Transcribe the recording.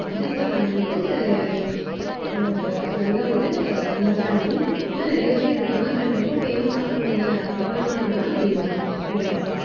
அப்துல் கலாம் வந்துட்டு நல்ல ஒரு விஞ்ஞானி இன்னும் நிறைய பேர் இருக்காங்கள் பட் ரொம்ப ஃபேமஸ் ஆனவங்கள் பிரபலமானவங்கன்னால் இவங்கதான் இவங்களை சொல்லலாம்